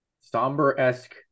somber-esque